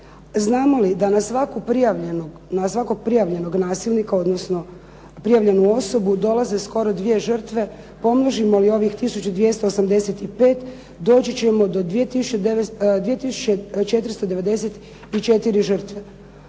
Znamo li da na svakog prijavljenog nasilnika, odnosno prijavljenu osobu, dolaze skoro dvije žrtve. Pomnožimo li ovih tisuću 285 doći ćemo do 2 tisuće 494 žrtve.